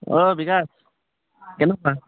অ' বিকাশ কেনেকুৱা